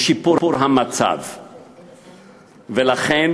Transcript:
לשיפור המצב שלנו, ולכן